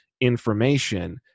information